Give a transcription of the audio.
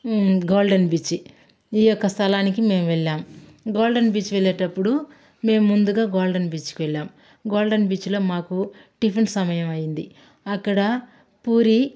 golden బీచి ఈ యొక్క స్థలానికి మేము వెళ్ళాం గోల్డెన్ బీచ్ వెళ్ళేటప్పుడు మేం ముందుగా గోల్డెన్ బీచ్కి వెళ్ళాం గోల్డెన్ బీచ్లో మాకు టిఫిన్ సమయం అయ్యింది అక్కడ పూరీ